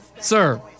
sir